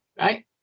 Right